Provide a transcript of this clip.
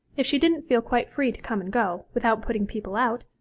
if she didn't feel quite free to come and go, without putting people out,